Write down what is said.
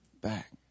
back